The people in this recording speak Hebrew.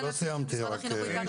לא סיימתי, אדוני.